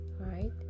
right